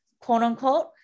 quote-unquote